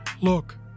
Look